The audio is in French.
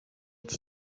est